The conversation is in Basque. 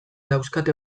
dauzkate